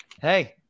Hey